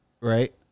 right